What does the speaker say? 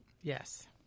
Yes